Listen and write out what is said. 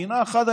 מדינה אחת,